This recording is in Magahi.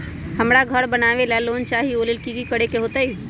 हमरा घर बनाबे ला लोन चाहि ओ लेल की की करे के होतई?